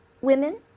women